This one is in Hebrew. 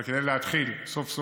אבל כדי להתחיל סוף-סוף.